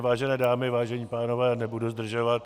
Vážené dámy, vážení pánové, nebudu zdržovat.